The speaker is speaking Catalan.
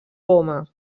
goma